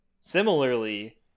Similarly